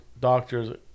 doctors